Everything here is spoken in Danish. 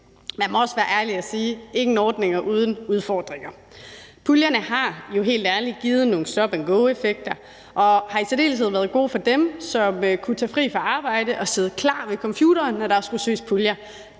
Man må også være ærlig og sige: ingen ordninger uden udfordringer. Puljerne har helt ærligt givet nogle stop and go-effekter og har i særdeleshed været gode for dem, som kunne tage fri fra arbejde og sidde klar ved computeren, når der skulle søges i puljer.